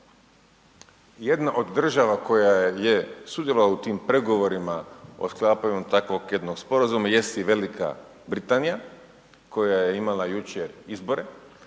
Jedna od država koja je sudjelovala u tim pregovorima o sklapanju takvog jednog sporazuma jest i Velika Britanija koja je imala jučer izbore.